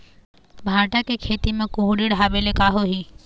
भांटा के खेती म कुहड़ी ढाबे ले का होही?